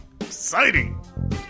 Exciting